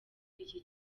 iki